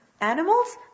Animals